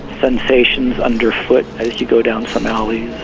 sensations underfoot as you go down some alleys,